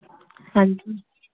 ਹਾਂਜੀ